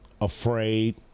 afraid